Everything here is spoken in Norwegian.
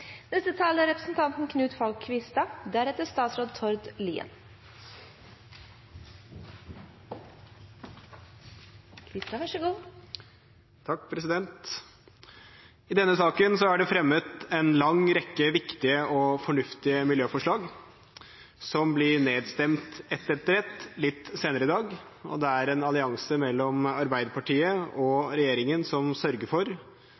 I denne saken er det fremmet en lang rekke viktige og fornuftige miljøforslag som blir nedstemt, ett etter ett, litt senere i dag. Det er en allianse mellom Arbeiderpartiet og regjeringen som sørger for